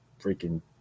freaking